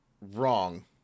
wrong